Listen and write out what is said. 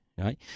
Right